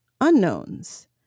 unknowns